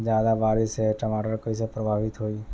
ज्यादा बारिस से टमाटर कइसे प्रभावित होयी?